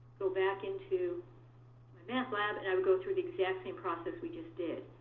go back into mymathlab, and i would go through the exact same process we just did.